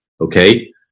okay